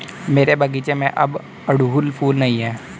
मेरे बगीचे में अब अड़हुल फूल नहीं हैं